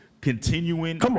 continuing